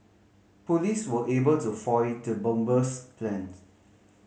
police were able to foil the bomber's plans